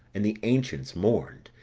and the ancients mourned,